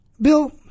Bill